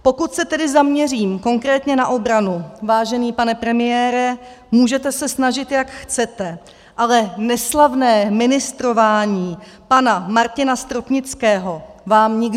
Pokud se tedy zaměřím konkrétně na obranu, vážený pane premiére, můžete se snažit, jak chcete, ale neslavné ministrování pana Martina Stropnického vám nikdo neodpáře.